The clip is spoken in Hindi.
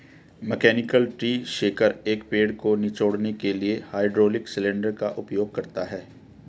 मैकेनिकल ट्री शेकर, एक पेड़ को निचोड़ने के लिए हाइड्रोलिक सिलेंडर का उपयोग करता है